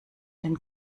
den